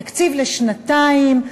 תקציב לשנתיים,